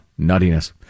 nuttiness